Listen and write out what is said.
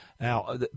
Now